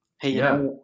Hey